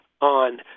on